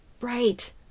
Right